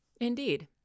Indeed